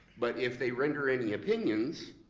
but if they render any opinions,